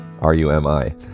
R-U-M-I